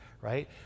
right